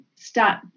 start